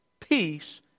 Peace